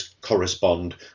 correspond